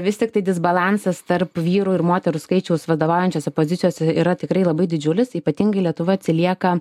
vis tiktai disbalansas tarp vyrų ir moterų skaičiaus vadovaujančiose pozicijose yra tikrai labai didžiulis ypatingai lietuva atsilieka